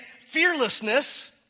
fearlessness